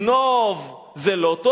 לגנוב זה לא טוב,